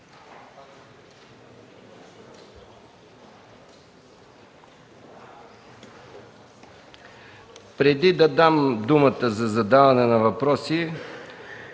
Преди да дам думата за задаване на въпроси,